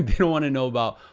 they don't want to know about,